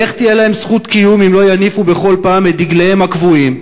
איך תהיה להם זכות קיום אם לא יניפו בכל פעם את דגליהם הקבועים?